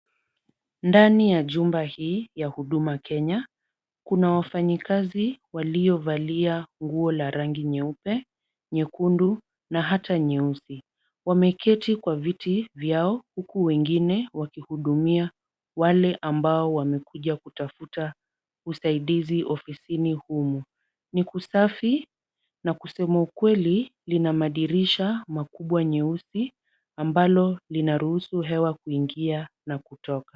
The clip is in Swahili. Ndani ya jumba hii ya huduma Kenya, kuna wafanyikazi waliovalia nguo la rangi nyeupe, nyekundu na hata nyeusi, wameketi kwa viti vyao huku wengine wakihudumia wale ambao wamekuja kutafuta usaidizi ofisini humu. Ni kusafi na kusema ukweli lina madirisha makubwa nyeusi ambalo linaruhusu hewa kuingia na kutoka.